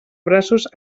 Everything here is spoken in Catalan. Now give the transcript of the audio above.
braços